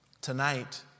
Tonight